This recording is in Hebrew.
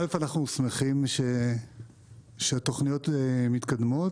א', אנחנו שמחים שהתוכניות מתקדמות,